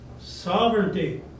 sovereignty